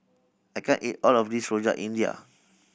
I can't eat all of this Rojak India